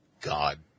God